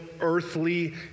earthly